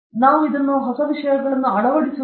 ನಾವು ಇದನ್ನು ಹೊಸ ವಿಷಯಗಳನ್ನು ಅಳವಡಿಸುವುದಿಲ್ಲ